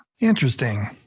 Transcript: Interesting